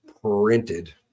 printed